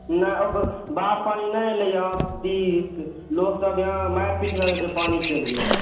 ने बाहरक पानि नहि एलैहे लोकसब यहाँ मारिपीट भऽ रहल छै पानिके लिए